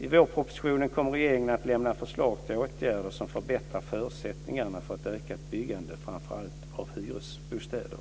I vårpropositionen kommer regeringen att lämna förslag till åtgärder som förbättrar förutsättningarna för ett ökat byggande, framför allt av hyresbostäder.